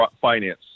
finance